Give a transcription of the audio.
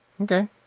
Okay